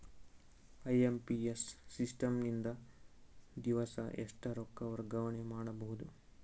IMPS system ನಿಂದ ದಿವಸಾ ಎಷ್ಟ ರೊಕ್ಕ ವರ್ಗಾವಣೆ ಮಾಡಬಹುದು?